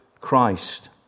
Christ